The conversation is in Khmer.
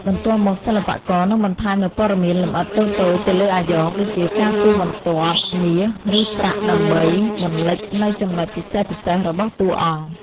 បន្ទាប់មក សិល្បករនឹងបន្ថែមនូវព័ត៌មានលម្អិតតូចៗទៅលើអាយ៉ងដូចជាការគូសបន្ទាត់មាសឬប្រាក់ដើម្បីបន្លិចនូវចំណុចពិសេសៗរបស់តួអង្គ។